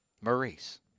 Maurice